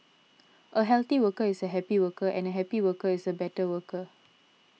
a healthy worker is a happy worker and a happy worker is a better worker